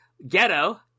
ghetto